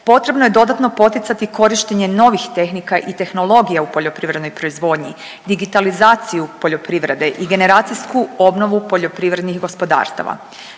Potrebno je dodatno poticati korištenje novih tehnika i tehnologija u poljoprivrednoj proizvodnji, digitalizaciju poljoprivrede i generacijsku obnovu poljoprivrednih gospodarstava.